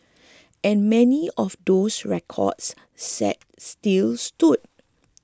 and many of those records set still stood